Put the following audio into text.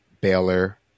Baylor